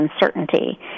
uncertainty